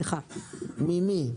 ממי?